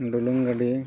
ᱰᱩᱞᱩᱝ ᱜᱟᱹᱰᱤ